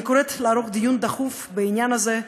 אני קוראת לערוך דיון דחוף בעניין הזה,